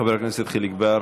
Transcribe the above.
חבר הכנסת חיליק בר,